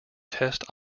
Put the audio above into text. test